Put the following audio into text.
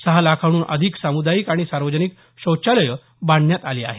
सहा लाखांहून अधिक सामुदायिक आणि सार्वजनिक शौचालयं बांधण्यात आली आहेत